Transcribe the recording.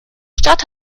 stadt